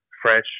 fresh